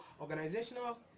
organizational